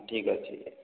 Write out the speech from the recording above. ଠିକ୍ ଅଛି